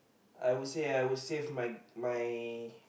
I would say I would save my my